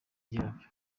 ryabyo